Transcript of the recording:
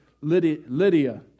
Lydia